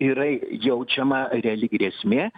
yra jaučiama reali grėsmė